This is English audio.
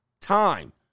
time